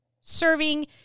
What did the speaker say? serving